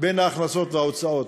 בין ההכנסות לבין ההוצאות?